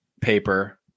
paper